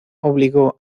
obligó